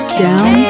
down